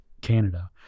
Canada